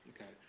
okay